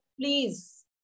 please